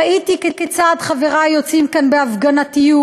ראיתי כיצד חברי יוצאים כאן בהפגנתיות,